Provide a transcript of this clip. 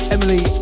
Emily